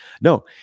No